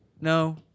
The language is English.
No